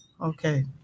Okay